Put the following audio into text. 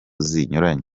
zinyuranye